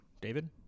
david